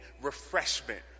refreshment